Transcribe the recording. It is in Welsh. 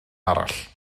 arall